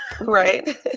right